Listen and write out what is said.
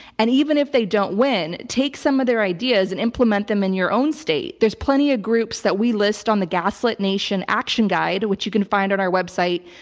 and even if they don't win, take some of their ideas and implement them in your own state. there's plenty of ah groups that we list on the gaslit nation action guide, which you can find on our website,